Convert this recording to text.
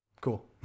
Cool